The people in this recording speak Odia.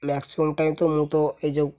ମ୍ୟାକ୍ସିମମ୍ ଟାଇମ୍ ତ ମୁଁ ତ ଏଇ ଯେଉଁ